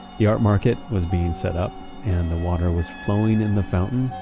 the art market was being set up and the water was flowing in the fountain,